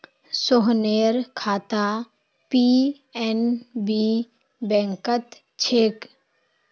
सोहनेर खाता पी.एन.बी बैंकत छेक